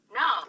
no